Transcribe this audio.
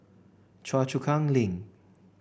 Choa Chu Kang Link